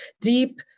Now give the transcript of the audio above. deep